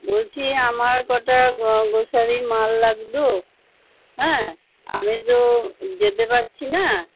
বলছি আমার কটা গ্রসারির মাল লাগতো হ্যাঁ আমি তো যেতে পাচ্ছি না